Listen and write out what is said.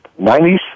90s